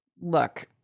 look